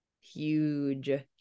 Huge